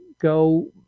go